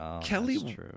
Kelly